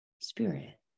spirit